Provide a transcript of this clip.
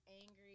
angry